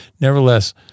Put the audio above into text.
nevertheless